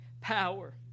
power